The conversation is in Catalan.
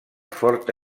forta